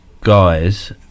guys